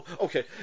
Okay